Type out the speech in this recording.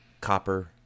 copper